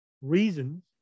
reasons